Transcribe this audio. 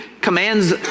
commands